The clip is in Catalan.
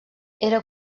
era